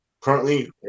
currently